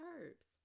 herbs